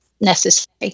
necessary